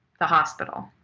the hospital.